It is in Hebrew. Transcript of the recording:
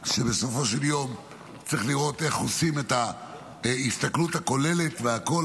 שבסופו של יום צריך לראות איך עושים את ההסתכלות הכוללת והכול,